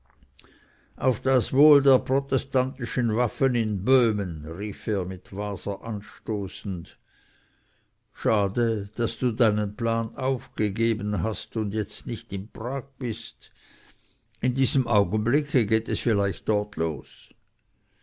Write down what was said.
auf das wohl der protestantischen waffen in böhmen rief er mit waser anstoßend schade daß du deinen plan aufgegeben hast und jetzt nicht in prag bist in diesem augenblicke vielleicht geht es dort los